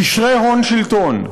קשרי הון-שלטון,